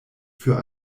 für